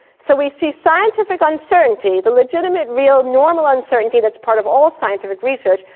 so we see scientific uncertainty, the legitimate, real, normal uncertainty that's part of all scientific research,